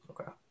Okay